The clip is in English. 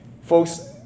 Folks